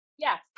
Yes